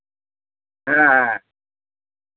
ᱦᱮᱸ ᱦᱮᱸ